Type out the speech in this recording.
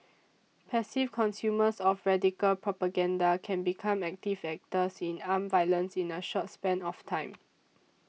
passive consumers of radical propaganda can become active actors in armed violence in a short span of time